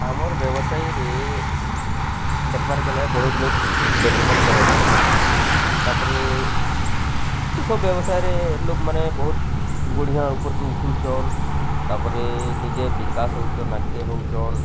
ଆମର୍ ବ୍ୟବସାୟୀରେ ଦେଖିବାରେ ଗଲେ ବହୁତ ଲୋକ୍ ଡେଭଲପମେଣ୍ଟ୍ କଲେଣ ତାପରେ ସବୁ ବ୍ୟବସାୟରେ ଲୋକମାନେ ବହୁତ ବଢ଼ିଆ ଉପରକୁ ଉଠୁଛନ୍ ତାପରେ ନିଜେ ବିକାଶ ହଉଛନ୍ ଆଗ୍କେ ହଉଚନ୍